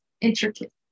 intricate